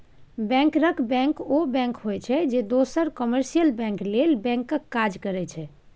बैंकरक बैंक ओ बैंक होइ छै जे दोसर कामर्शियल बैंक लेल बैंकक काज करै छै